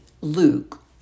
Luke